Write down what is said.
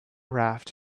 raft